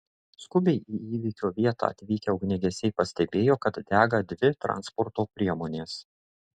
skubiai į įvykio vietą atvykę ugniagesiai pastebėjo kad dega dvi transporto priemonės